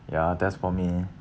ya that's for me